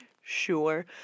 sure